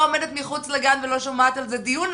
עומדת מחוץ לגן ולא שומעת על זה דיון,